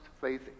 faith